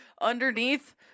underneath